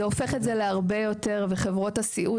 זה הופך את זה להרבה יותר; חברות הסיעוד